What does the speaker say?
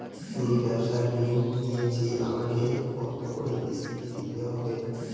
আমি ব্যবসার ঋণ নিয়েছি আমাকে কত করে কিস্তি দিতে হবে?